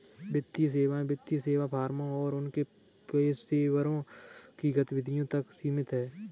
वित्तीय सेवाएं वित्तीय सेवा फर्मों और उनके पेशेवरों की गतिविधि तक सीमित हैं